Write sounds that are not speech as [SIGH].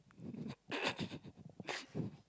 [LAUGHS]